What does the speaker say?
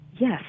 Yes